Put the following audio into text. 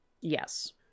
Yes